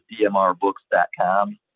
dmrbooks.com